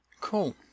Cool